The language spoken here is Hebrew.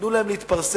תנו להם להתפרסם,